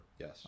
Yes